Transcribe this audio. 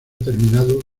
terminado